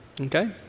Okay